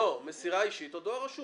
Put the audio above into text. מסירה אישית או דואר רשום.